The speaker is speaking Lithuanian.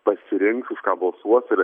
pasirinks už ką balsuos ir